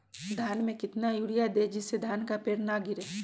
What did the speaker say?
धान में कितना यूरिया दे जिससे धान का पेड़ ना गिरे?